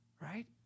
right